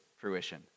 fruition